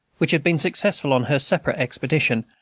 which had been successful on her separate expedition,